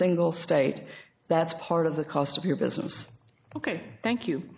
single state that's part of the cost of your business ok thank you